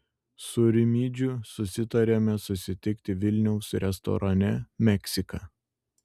su rimydžiu susitariame susitikti vilniaus restorane meksika